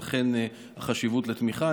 ולכן החשיבות של התמיכה.